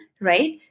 right